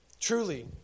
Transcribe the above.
Truly